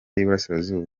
y’iburasirazuba